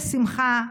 בשמחה,